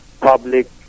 public